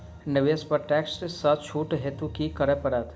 निवेश पर टैक्स सँ छुट हेतु की करै पड़त?